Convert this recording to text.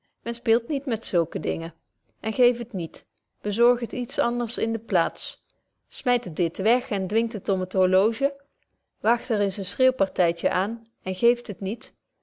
men speelt niet met zulke dingen en geeft het niet bezorgt het iets anders in de plaats smyt het dit weg en dwingt het om het horloge waagt er eens een schreeuwpartytje aan en geeft het niet